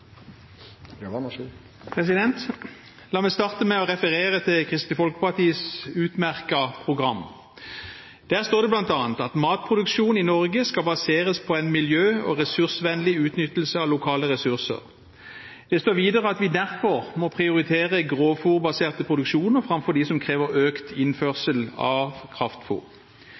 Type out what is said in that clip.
La meg starte med å referere til Kristelig Folkepartis utmerkede partiprogram. Der står det bl.a.: «Matvareproduksjonen i Norge skal baseres på en miljø- og ressursvennlig utnyttelse av lokale ressurser.» Det står videre: «Derfor må grovfôrbaserte produksjoner prioriteres fremfor dem som krever økt innførsel av